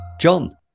John